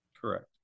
Correct